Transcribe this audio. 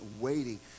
waiting